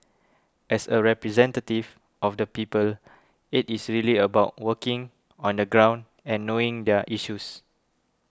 as a representative of the people it is really about working on the ground and knowing their issues